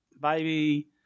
baby